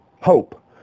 hope